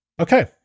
Okay